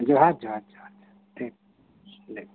ᱦᱚᱦᱟᱨ ᱦᱚᱦᱟᱨ ᱴᱷᱤᱠ